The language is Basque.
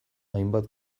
hainbat